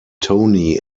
tony